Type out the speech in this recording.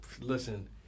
Listen